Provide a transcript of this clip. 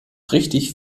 richtig